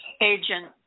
agent